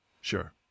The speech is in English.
sure